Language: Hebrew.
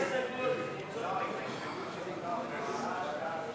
ההסתייגויות לסעיף 41, רשות ממשלתית למים,